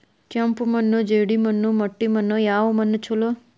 ಕೆಂಪು ಮಣ್ಣು, ಜೇಡಿ ಮಣ್ಣು, ಮಟ್ಟಿ ಮಣ್ಣ ಯಾವ ಮಣ್ಣ ಛಲೋ?